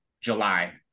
July